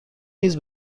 میز